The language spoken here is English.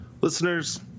Listeners